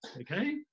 Okay